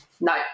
no